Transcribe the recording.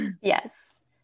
Yes